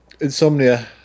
insomnia